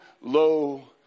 low